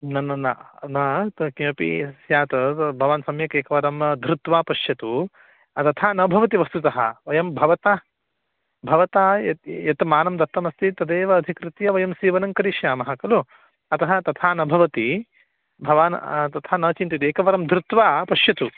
न न न ना त् किमपि स्यात् त भवान् एकवारम् धृत्वा पश्यतु तथा न भवति वस्तुतः वयं भवतः भवतः यत् यत् मानं दत्तमस्ति तदेव अधिकृत्य वयं सीवनं करिष्यामः खलु अतः तथा न भवति भवान् तथा न चिन्तयतु एकवारं धृत्वा पश्यतु